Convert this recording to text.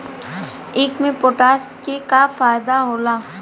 ईख मे पोटास के का फायदा होला?